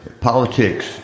politics